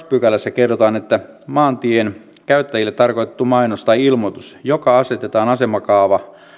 pykälässä kerrotaan että maantien käyttäjille tarkoitettu mainos tai ilmoitus joka asetetaan asemakaava